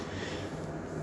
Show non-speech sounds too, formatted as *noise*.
*breath*